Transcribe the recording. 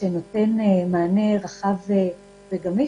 שנותן מענה רחב וגמיש,